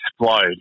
explode